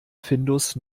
findus